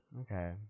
Okay